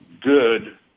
good